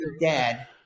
dad